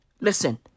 Listen